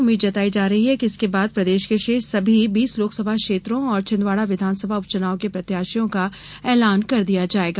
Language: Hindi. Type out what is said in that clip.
उम्मीद जताई जा रही है कि इसके बाद प्रदेश के शेष सभी बीस लोकसभा क्षेत्रों और छिन्दवाड़ा विधानसभा उपचुनाव के प्रत्याशियों का ऐलान कर दिया जाएगा